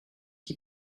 qui